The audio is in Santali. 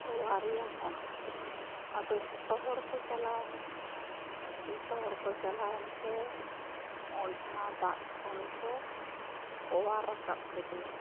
ᱳᱣᱟ ᱨᱮᱭᱟᱵᱚᱱ ᱟᱫᱚ ᱡᱷᱚᱛᱚ ᱦᱚᱲᱠᱚ ᱪᱟᱞᱟᱣᱮᱱᱟ ᱡᱚᱛᱚ ᱦᱚᱲᱠᱚ ᱪᱟᱞᱟᱣᱮᱱ ᱛᱮ ᱚᱸᱰᱮᱱᱟ ᱫᱟᱜ ᱠᱷᱚᱱᱠᱚ ᱳᱣᱟᱨ ᱨᱟᱠᱟᱵ ᱠᱮᱫᱮᱭᱟ